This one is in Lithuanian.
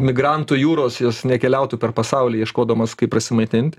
migrantų jūros jos nekeliautų per pasaulį ieškodamos kaip prasimaitint